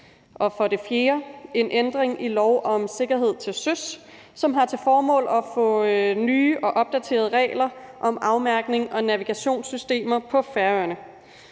der en ændring i lov om sikkerhed til søs, som har til formål at få nye og opdaterede regler om afmærkning og navigationssystemer på Færøerne.